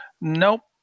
Nope